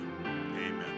amen